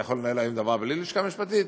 אתה יכול לנהל היום דבר בלי לשכה משפטית?